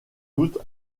doute